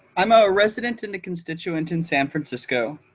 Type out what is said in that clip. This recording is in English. i'm a resident in the constituent in san francisco,